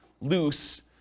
loose